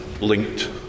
linked